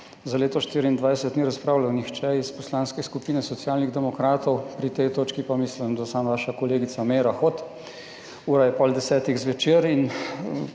za leto 2024, ni razpravljal nihče iz Poslanske skupine Socialnih demokratov, pri tej točki pa mislim, da samo vaša kolegica Meira Hot. Ura je pol desetih zvečer in